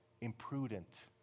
imprudent